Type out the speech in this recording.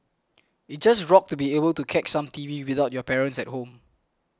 it just rocked to be able to catch some T V without your parents at home